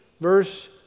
verse